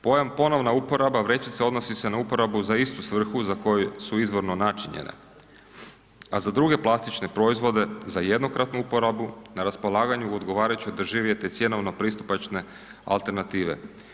Pojam ponovna uporaba vrećica odnosi se na uporabu za istu svrhu za koju su izvorno načinjene, a za druge plastične proizvode za jednokratnu uporabu na raspolaganju u odgovarajuće je doživjeti cjenovno pristupačne alternative.